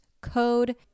code